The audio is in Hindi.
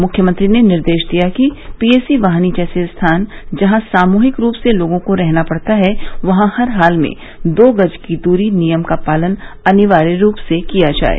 मुख्यमंत्री ने निर्देश दिया कि पीएसी वाहिनी जैसे स्थान जहां सामूहिक रूप से लोगों को रहना पड़ता वहां हर हालत में दो गज की दूरी नियम का पालन अनिवार्य रूप से किया जाये